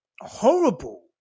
horrible